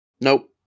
Nope